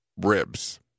ribs